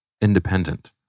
independent